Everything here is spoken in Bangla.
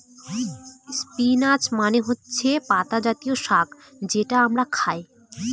স্পিনাচ মানে হচ্ছে পাতা জাতীয় শাক যেটা আমরা খায়